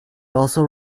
also